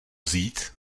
vzít